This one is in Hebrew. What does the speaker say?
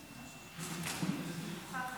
חברת